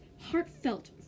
heartfelt